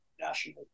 national